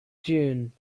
dune